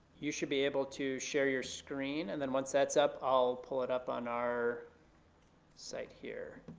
you should be able to share your screen. and then once that's up i'll pull it up on our site here.